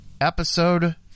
Episode